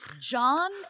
John